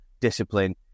discipline